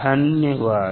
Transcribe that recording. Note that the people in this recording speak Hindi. धन्यवाद